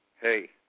hey